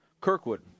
Kirkwood